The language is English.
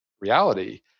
reality